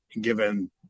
given